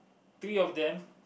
three of them